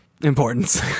Importance